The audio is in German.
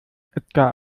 edgar